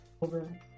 Over